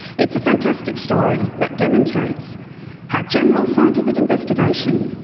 it's a fantastic story that demonstrates how general scientific investigation,